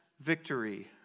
victory